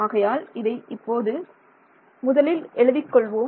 ஆகையால் இதை இப்போது எழுதிக் கொள்வோம்